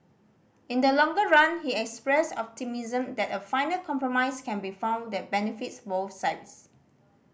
in the longer run he expressed optimism that a final compromise can be found that benefits both sides